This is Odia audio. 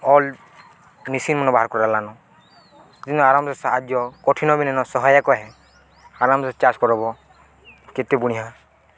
ଅଲ୍ ମିେସିନ୍ ମାନ ବାହାର କଲାନ ଯିନ୍ ଆରାମ ସାହାଯ୍ୟ କଠିନ ବି ନେନ ସହାୟକ ହେଁ ଆରାମ୍ସେ ଚାଷ୍ କରବ କେତେ ବଢ଼ିଆ